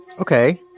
Okay